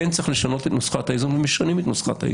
כן צריך לשנות את נוסחת האיזון ומשנים אותה.